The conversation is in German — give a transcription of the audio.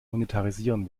monetarisieren